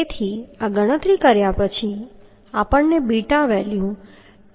તેથી ગણતરી કર્યા પછી આપણે બીટા વેલ્યુ 1